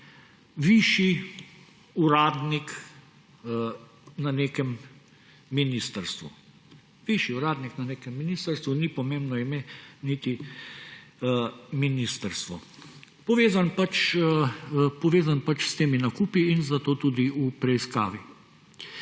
višji uradnik na nekem ministrstvu − ni pomembno ime niti ministrstvo − povezan pač s temi nakupi in zato tudi v preiskavi.